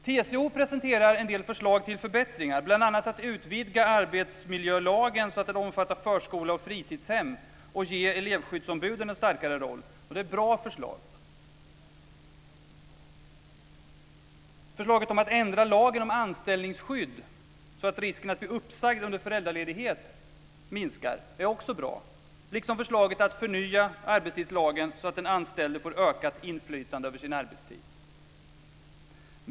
TCO presenterar en del förslag till förbättringar, bl.a. att man ska utvidga arbetsmiljölagen så att den omfattar förskola och fritidshem och att man ska ge elevskyddsombuden en starkare roll. Det är bra förslag. Förslaget om att ändra lagen om anställningsskydd så att risken att bli uppsagd under föräldraledigheten minskar är också bra, liksom förslaget att förnya arbetstidslagen så att den anställde får ökat inflytande över sin arbetstid.